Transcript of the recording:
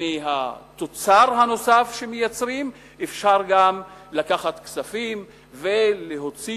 מהתוצר הנוסף שמייצרים אפשר לקחת כספים ולהוציא